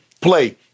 Play